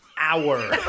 Hour